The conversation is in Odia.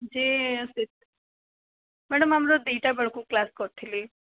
ଯେ ସେ ମ୍ୟାଡ଼ମ ଆମର ଦୁଇଟା ବେଳକୁ କ୍ଳାସ କରିଥିଲି